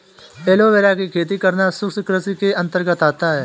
aloe vera की खेती करना शुष्क कृषि के अंतर्गत आता है